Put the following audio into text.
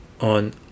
on